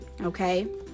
okay